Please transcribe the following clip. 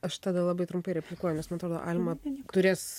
aš tada labai trumpai replikuoju nes man atrodo alma turės